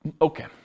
Okay